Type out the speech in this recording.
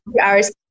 hours